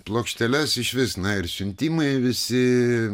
plokšteles išvis na ir siuntimai visi